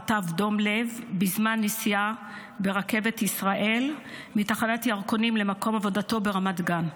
חטף דום לב בזמן נסיעה ברכבת ישראל מתחנת ירקונים למקום עבודתו ברמת גן.